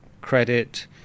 credit